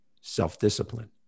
self-discipline